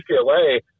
UCLA